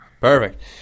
Perfect